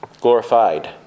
Glorified